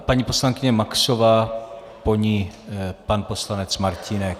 Paní poslankyně Maxová, po ní pan poslanec Martínek.